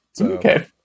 okay